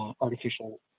artificial